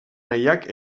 nahiak